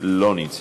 לא נמצא.